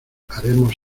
haremos